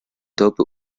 daube